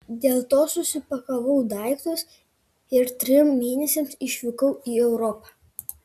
dėl to susipakavau daiktus ir trim mėnesiams išvykau į europą